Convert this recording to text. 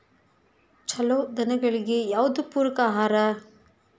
ಛಲೋ ದನಗಳಿಗೆ ಯಾವ್ದು ಪೂರಕ ಆಹಾರ?